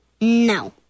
No